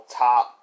top